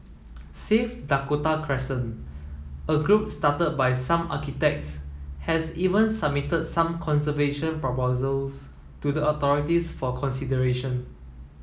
save Dakota Crescent a group started by some architects has even submitted some conservation proposals to the authorities for consideration